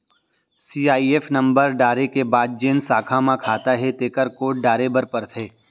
CIF number डारे के बाद जेन साखा म खाता हे तेकर कोड डारे बर परथे